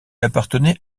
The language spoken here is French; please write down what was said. appartenait